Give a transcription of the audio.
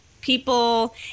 people